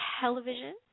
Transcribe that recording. television